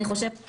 אני חושבת,